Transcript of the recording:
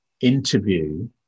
interview